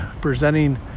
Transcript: presenting